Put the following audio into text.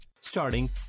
starting